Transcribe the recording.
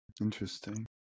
interesting